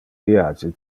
viage